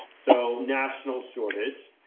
so national shortage.